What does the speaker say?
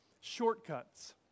shortcuts